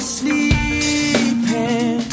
sleeping